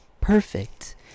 perfect